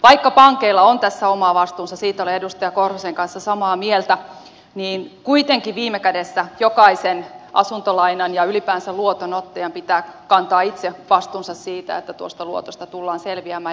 vaikka pankeilla on tässä oma vastuunsa siitä olen edustaja korhosen kanssa samaa mieltä niin kuitenkin viime kädessä jokaisen asuntolainan ja ylipäänsä luotonottajan pitää kantaa itse vastuunsa siitä että tuosta luotosta tullaan selviämään